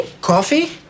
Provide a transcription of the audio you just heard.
Coffee